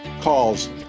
calls